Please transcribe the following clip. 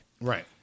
Right